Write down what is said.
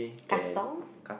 Katong